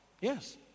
Yes